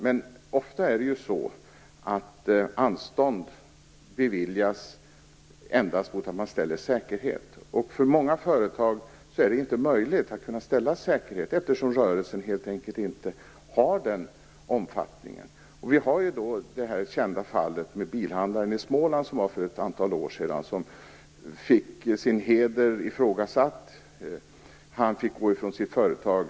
Men ofta beviljas anstånd endast mot att man ställer säkerhet. För många företag är det inte möjligt att ställa säkerhet, eftersom rörelsen helt enkelt inte har en så stor omfattning. Vi har då det kända fallet med bilhandlaren i Småland för ett antal år sedan, som fick sin heder ifrågasatt och fick lämna sitt företag.